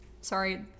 sorry